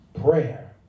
Prayer